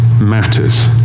matters